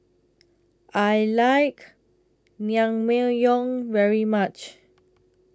I like Naengmyeon very much